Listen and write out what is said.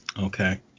Okay